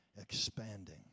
expanding